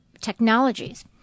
Technologies